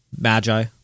Magi